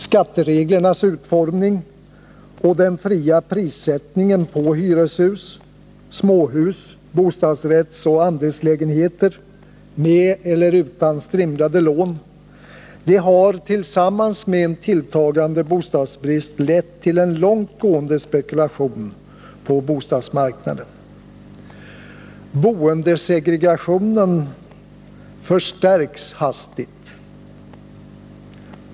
Skattereglernas utforming och den fria prissättningen på hyreshus, småhus, bostadsrättsoch andelslägenheter, med eller utan strimlade lån, har tillsammans med tilltagande bostadsbrist lett till en långt gående spekulation på bostadsmarknaden. Bostadsegregationen förstärks hastigt.